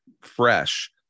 fresh